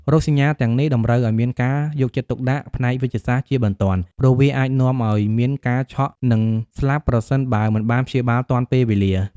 រោគសញ្ញាទាំងនេះតម្រូវឱ្យមានការយកចិត្តទុកដាក់ផ្នែកវេជ្ជសាស្ត្រជាបន្ទាន់ ព្រោះវាអាចនាំឱ្យមានការឆក់ និងស្លាប់ប្រសិនបើមិនបានព្យាបាលទាន់ពេលវេលា។